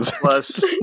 Plus